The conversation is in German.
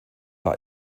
war